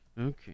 Okay